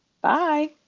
Bye